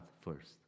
first